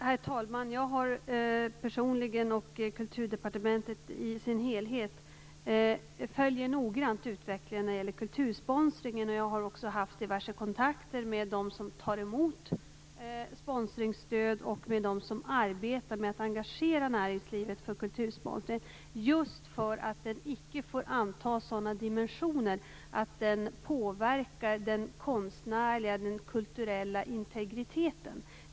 Herr talman! Jag personligen och Kulturdepartementet i sin helhet följer noggrant utvecklingen av kultursponsringen. Jag har också haft diverse kontakter med dem som tar emot sponsringsstöd och med dem som arbetar med att engagera näringslivet i kultursponsring just för att den icke får anta sådana dimensioner att den påverkar den konstnärliga och kulturella integriteten.